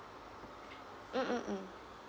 mm mm mm